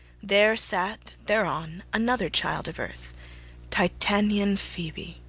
there sat thereon another child of earth titanian phoebe.